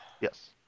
Yes